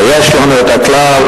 ויש לנו את הכלל,